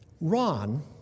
Ron